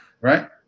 right